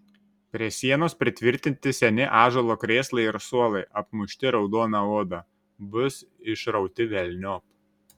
prie sienos pritvirtinti seni ąžuolo krėslai ir suolai apmušti raudona oda bus išrauti velniop